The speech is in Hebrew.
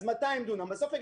אז 200 דונם